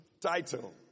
Title